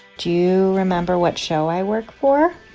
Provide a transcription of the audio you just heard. do you remember what show i work for?